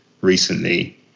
recently